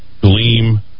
gleam